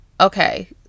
Okay